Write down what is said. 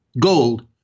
gold